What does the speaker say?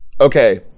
okay